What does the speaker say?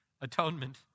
atonement